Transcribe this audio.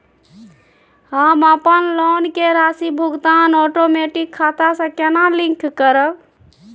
हम अपन लोन के राशि भुगतान ओटोमेटिक खाता से केना लिंक करब?